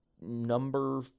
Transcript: number